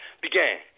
began